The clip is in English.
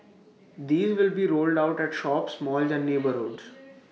these will be rolled out at shops malls and neighbourhoods